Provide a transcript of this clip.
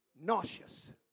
nauseous